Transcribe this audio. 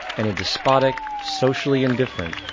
and a despotic, socially indifferent,